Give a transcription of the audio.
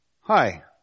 Hi